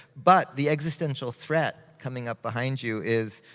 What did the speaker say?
but the existential threat coming up behind you is,